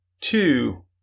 two